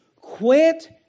Quit